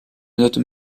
note